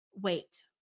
wait